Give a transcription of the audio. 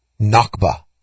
Nakba